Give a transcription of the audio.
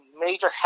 major